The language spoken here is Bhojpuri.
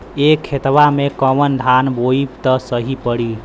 ए खेतवा मे कवन धान बोइब त सही पड़ी?